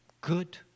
good